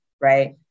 right